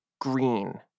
Green